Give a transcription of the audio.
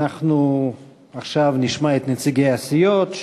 אנחנו עכשיו נשמע את נציגי הסיעות,